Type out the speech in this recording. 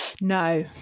No